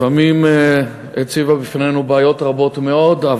לפעמים הציבה בפנינו בעיות רבות מאוד,